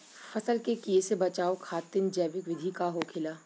फसल के कियेसे बचाव खातिन जैविक विधि का होखेला?